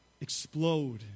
explode